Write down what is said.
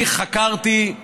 אני חקרתי,